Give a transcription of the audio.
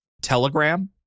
telegram